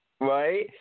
Right